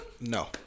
No